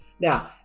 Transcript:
Now